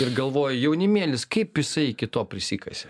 ir galvoji jaunimėlis kaip jisai iki to prisikasė